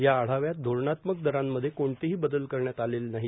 या आढाव्यात धोरणात्मक दरांमध्ये कोणतेही बदल करण्यात आलेले नाहीत